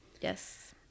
Yes